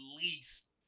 least